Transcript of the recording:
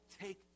take